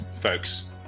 folks